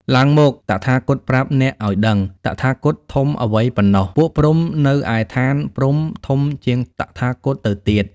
ឡើងមក! តថាគតប្រាប់អ្នកឱ្យដឹង! តថាគតធំអ្វីប៉ុណ្ណោះ ពួកព្រហ្មនៅឯឋានព្រហ្មធំជាងតថាគតទៅទៀត"។